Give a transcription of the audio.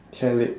chair leg